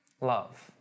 Love